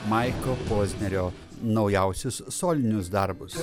maiko pozdnerio naujausius solinius darbus